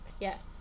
Yes